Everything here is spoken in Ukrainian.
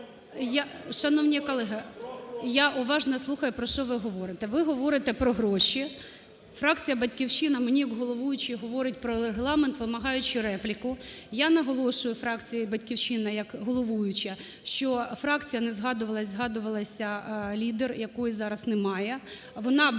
Шановні колеги, я уважно слухаю, про що ви говорите. Ви говорите про гроші, фракція "Батьківщина" мені як головуючій говорить про Регламент, вимагаючи репліку. Я наголошую фракції "Батьківщина" як головуюча, що фракція не згадувалася, а згадувалася лідер, якої зараз немає. Вона була